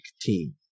team